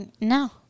no